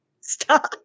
Stop